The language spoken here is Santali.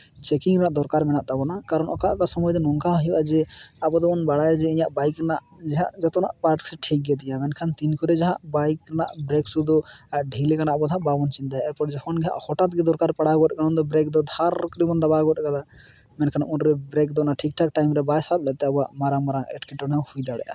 ᱪᱮᱠᱤᱝ ᱨᱮᱱᱟᱜ ᱫᱚᱨᱠᱟᱨ ᱢᱮᱱᱟᱜ ᱛᱟᱵᱚᱱᱟ ᱠᱟᱨᱚᱱ ᱚᱠᱟ ᱚᱠᱟ ᱥᱚᱢᱚᱭ ᱫᱚ ᱱᱚᱝᱠᱟ ᱦᱚᱸ ᱦᱩᱭᱩᱜᱼᱟ ᱡᱮ ᱟᱵᱚ ᱫᱚᱵᱚᱱ ᱵᱟᱲᱟᱭᱟ ᱡᱮ ᱤᱧᱟᱹᱜ ᱵᱟᱭᱤᱠ ᱨᱮᱱᱟᱜ ᱡᱟᱦᱟᱸ ᱡᱚᱛᱚᱱᱟᱜ ᱯᱟᱨᱴᱥ ᱴᱷᱤᱠ ᱜᱮᱛᱤᱧᱟ ᱢᱮᱱᱠᱷᱟᱱ ᱠᱤᱱ ᱠᱚᱨᱮ ᱡᱮ ᱦᱟᱸᱜ ᱵᱟᱭᱤᱠ ᱨᱮᱱᱟᱜ ᱵᱨᱮᱹᱠ ᱥᱩᱫᱽᱫᱷᱳ ᱰᱷᱤᱞᱟᱹᱣᱠᱟᱱᱟ ᱚᱱᱟ ᱫᱚ ᱦᱟᱸᱜ ᱵᱟᱵᱚᱱ ᱪᱤᱱᱛᱟᱹᱭᱟ ᱮᱨ ᱯᱚᱨ ᱡᱚᱠᱷᱚᱱ ᱜᱮ ᱦᱟᱸᱜ ᱦᱚᱴᱟᱛ ᱜᱮ ᱫᱚᱨᱠᱟᱨ ᱯᱟᱲᱟᱣᱟᱢᱟ ᱜᱚᱫ ᱟᱠᱟᱱᱟ ᱩᱱ ᱫᱚ ᱵᱨᱮ ᱠ ᱫᱚ ᱫᱷᱟᱨ ᱠᱚᱨᱮ ᱵᱚᱱ ᱫᱟᱵᱟᱣ ᱜᱚᱫ ᱠᱟᱫᱟ ᱢᱮᱱᱠᱷᱟᱱ ᱚᱸᱰᱮ ᱵᱨᱮ ᱠ ᱫᱚ ᱴᱷᱤᱠᱼᱴᱷᱟᱠ ᱴᱟᱭᱤᱢ ᱨᱮ ᱵᱟᱭ ᱥᱟᱵ ᱞᱮᱫᱛᱮ ᱟᱵᱚᱣᱟᱜ ᱢᱟᱨᱟᱝ ᱢᱟᱨᱟᱝ ᱮᱴᱠᱮᱴᱚᱬᱮ ᱦᱚᱸ ᱦᱩᱭ ᱫᱟᱲᱮᱭᱟᱜᱼᱟ